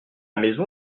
maison